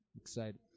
Excited